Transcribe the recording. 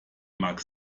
mag